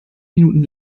minuten